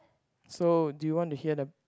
so do you want to hear the